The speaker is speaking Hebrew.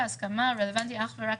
מבחינתי די בזה.